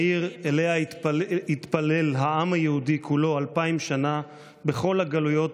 העיר שאליה התפלל העם היהודי כולו אלפיים שנה בכל הגלויות,